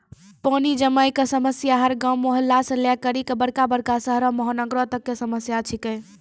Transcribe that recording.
पानी जमै कॅ समस्या हर गांव, मुहल्ला सॅ लै करिकॅ बड़का बड़का शहरो महानगरों तक कॅ समस्या छै के